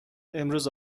امروز